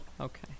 Okay